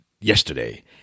yesterday